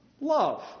love